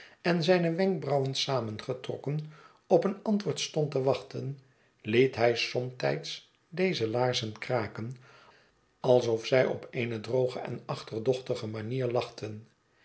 en zijne wenkbrauwen samengetrokken op een antwoord stond te wachten liet hij somtijds deze laarzen kraken alsof zij op eene droge en achterdochtige manier lachten